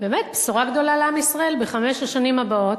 באמת בשורה גדולה לעם ישראל: בחמש השנים הבאות